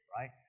right